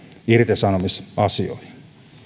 irtisanomisasioihin